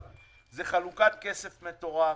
זה חלוקת כסף מטורף,